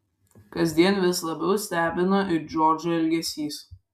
kasdien vis labiau stebino ir džordžo elgesys